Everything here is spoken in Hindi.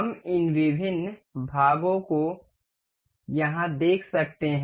हम इन विभिन्न भागों को यहाँ देख सकते हैं